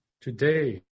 today